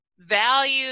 value